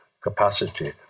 capacity